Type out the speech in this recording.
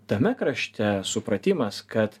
tame krašte supratimas kad